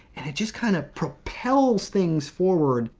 and it just kind of propels things forward.